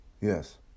Yes